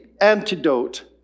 antidote